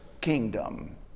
kingdom